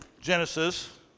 Genesis